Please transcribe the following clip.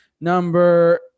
Number